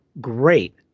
great